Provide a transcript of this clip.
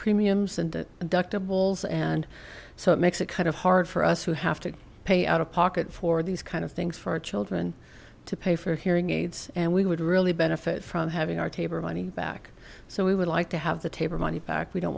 premiums and deductibles and so it makes it kind of hard for us who have to pay out of pocket for these kind of things for our children to pay for hearing aids and we would really benefit from having our taber money back so we would like to have the taper money back we don't